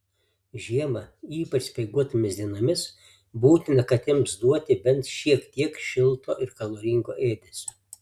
žiemą ypač speiguotomis dienomis būtina katėms duoti bent šiek tiek šilto ir kaloringo ėdesio